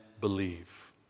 believe